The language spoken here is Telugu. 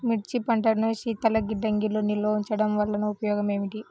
మిర్చి పంటను శీతల గిడ్డంగిలో నిల్వ ఉంచటం వలన ఉపయోగం ఏమిటి?